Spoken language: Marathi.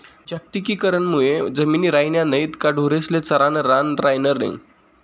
जागतिकीकरण मुये जमिनी रायन्या नैत का ढोरेस्ले चरानं रान रायनं नै